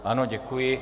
Ano, děkuji.